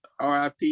RIP